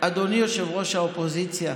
אדוני יושב-ראש האופוזיציה,